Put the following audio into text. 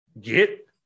get